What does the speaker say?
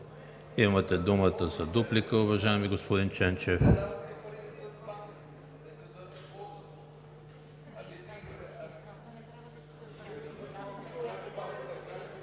Имате думата за дуплика, уважаеми господин Ченчев.